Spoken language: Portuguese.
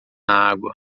água